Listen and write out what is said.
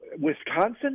Wisconsin